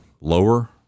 lower